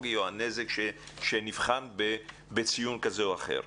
הפדגוגי או הנזק שנבחן בציון כזה או אחר.